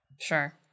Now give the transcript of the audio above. sure